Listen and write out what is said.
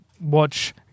watch